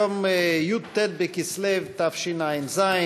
היום י"ט בכסלו התשע"ז,